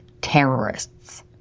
terrorists